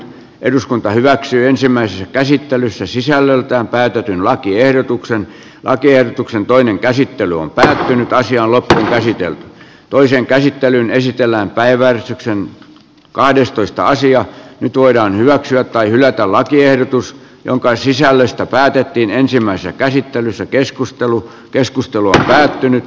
eduskunta hyväksyy ensimmäisessä käsittelyssä sisällöltään päätetyn lakiehdotuksen lakiehdotuksen toinen käsittely on päätynyt taisi olla täällä esitellä toisen käsittelyn esitellään päivällisekseen kahdestoista asiaa nyt voidaan hyväksyä tai hylätä lakiehdotus jonka sisällöstä päätettiin ensimmäisessä käsittelyssä keskustelu keskustelu on päättynyt